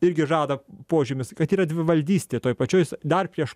irgi žada požymius kad yra dvivaldystė toj pačioj s dar prieš